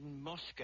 Moscow